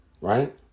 Right